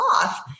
off